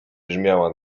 brzmiała